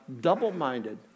Double-minded